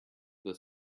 the